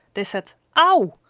they said ow!